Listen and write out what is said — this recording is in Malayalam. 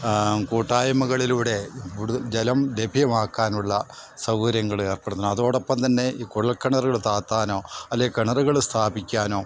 കൂട്ടായ്മകളിലൂടെ കൂടുതൽ ജലം ലഭ്യമാക്കാനുള്ള സൗകര്യങ്ങളേർപ്പെടുത്തണം അതോടൊപ്പംതന്നെ ഈ കുഴൽക്കിണറുകൾ താത്താനോ അല്ലെ കിണറുകൾ സ്ഥാപിക്കാനോ